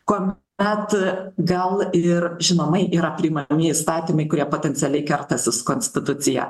kol bet gal ir žinoma yra priimami įstatymai kurie potencialiai keltasi su konstitucija